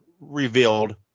revealed